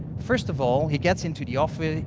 first of all, he gets into the office.